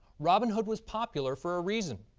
robin hood was popular for a reason.